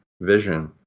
vision